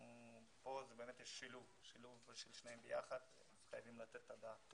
פה יש שילוב של שניהם ביחד ולכן חייבים לתת את הדעת על כך.